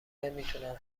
نمیتونن